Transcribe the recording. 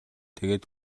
тэгээд